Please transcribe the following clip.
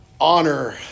Honor